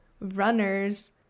runners